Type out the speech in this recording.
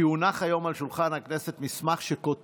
היה "כי הונח היום על שולחן הכנסת מסמך שכותרתו: